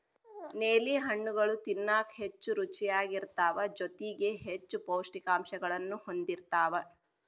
ನೇಲಿ ಹಣ್ಣುಗಳು ತಿನ್ನಾಕ ಹೆಚ್ಚು ರುಚಿಯಾಗಿರ್ತಾವ ಜೊತೆಗಿ ಹೆಚ್ಚು ಪೌಷ್ಠಿಕಾಂಶಗಳನ್ನೂ ಹೊಂದಿರ್ತಾವ